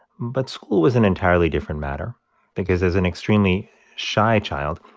but school was an entirely different matter because as an extremely shy child,